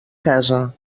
casa